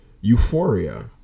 Euphoria